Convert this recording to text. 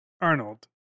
Arnold